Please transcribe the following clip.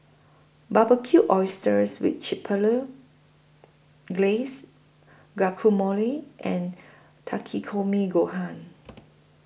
Barbecued Oysters with Chipotle Glaze Guacamole and Takikomi Gohan